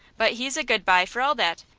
but he's a good bye for all that,